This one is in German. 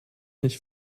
nicht